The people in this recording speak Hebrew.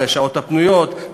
בשעות הפנויות,